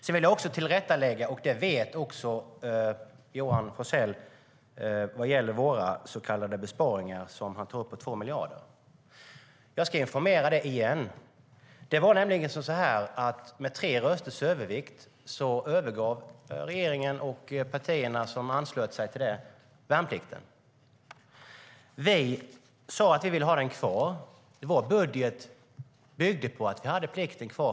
Jag vill göra ett tillrättaläggande - detta vet Johan Forssell - när det gäller våra så kallade besparingar på 2 miljarder som han tar upp. Jag ska informera dig igen, Johan Forssell. Med tre rösters övervikt övergav regeringen och partierna som anslöt sig till det värnplikten. Vi sade att vi ville ha den kvar. Budgeten byggde på att vi skulle ha plikten kvar.